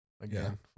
again